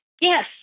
yes